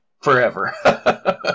forever